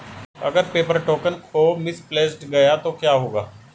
अगर paper token खो misplaced गया तो क्या होगा?